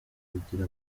kugira